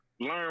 learn